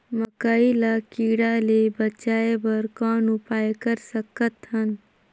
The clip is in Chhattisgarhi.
मकई ल कीड़ा ले बचाय बर कौन उपाय कर सकत हन?